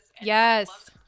Yes